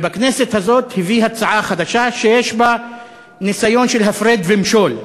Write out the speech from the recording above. ובכנסת הזאת הביא הצעה חדשה שיש בה ניסיון של הפרד ומשול,